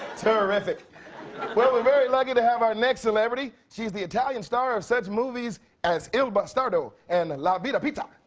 terrific. and we are very lucky to have our next celebrity. she's the italian star of such movies as il bastardo and la vida pizza.